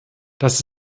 dass